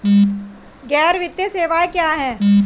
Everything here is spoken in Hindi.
गैर वित्तीय सेवाएं क्या हैं?